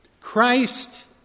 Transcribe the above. Christ